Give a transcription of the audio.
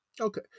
Okay